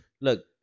Look